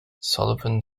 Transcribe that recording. sullivan